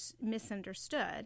misunderstood